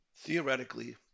Theoretically